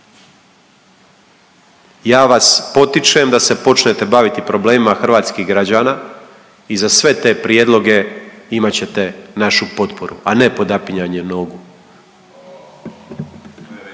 Ja vas potičem da se počnete baviti problemima hrvatskih građana i za sve te prijedloge imat ćete našu potporu, a ne podapinjanje nogu.